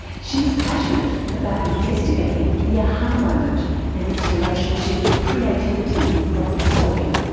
she's passionate about investigating the a-ha moment and its relationship to creativity and problem solving.